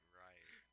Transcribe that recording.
right